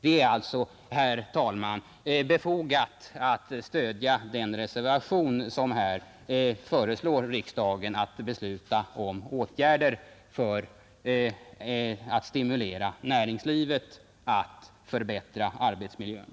Det är alltså, herr talman, befogat att stödja reservationen 2, som föreslår riksdagen att besluta om åtgärder för att stimulera näringslivet att förbättra arbetsmiljön.